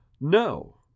No